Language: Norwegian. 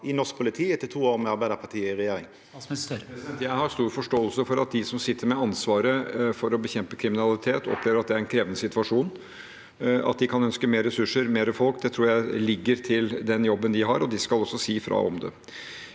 i norsk politi etter to år med Arbeidarpartiet i regjering? Statsminister Jonas Gahr Støre Jeg har stor forståelse for at de som sitter med ansvaret for å bekjempe kriminalitet, opplever at det er en krevende situasjon. At de kan ønske mer ressurser og mer folk, tror jeg ligger til den jobben de har, og de skal også si fra om det.